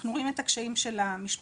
אנחנו רואים את הקשיים של המשפחות.